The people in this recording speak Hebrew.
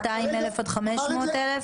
200,000 עד 500,000?